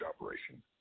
operation